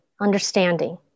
understanding